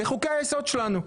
בחוקי היסוד שלנו.